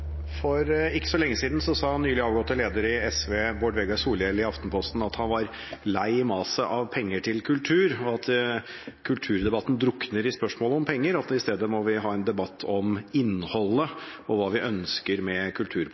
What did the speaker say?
For ikke så lenge siden sa nylig avgått nestleder i SV Bård Vegar Solhjell i Aftenposten at han var «lei maset» om penger til kultur, at «kulturdebatten drukner» i spørsmål om penger, og at vi i stedet må vi ha en debatt om innholdet og hva vi ønsker med